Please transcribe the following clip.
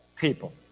people